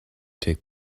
take